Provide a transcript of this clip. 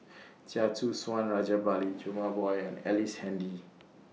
Chia Choo Suan Rajabali Jumabhoy Ellice Handy